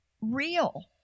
real